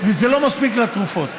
וזה לא מספיק לתרופות.